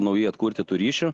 naujai atkurti tų ryšio